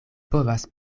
povas